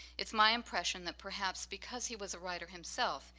it's my impression that perhaps because he was a writer himself,